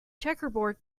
checkerboard